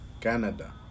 Canada